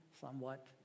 somewhat